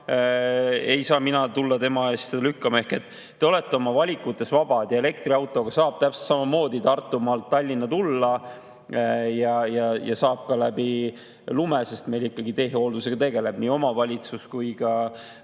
ei saa mina tulla tema eest seda lükkama. Te olete oma valikutes vaba ja elektriautoga saab täpselt samamoodi Tartumaalt Tallinna tulla ja saab tulla ka lume korral, sest meil ikkagi teehooldusega tegelevad nii omavalitsus kui ka riik.